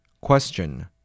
Question